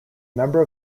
member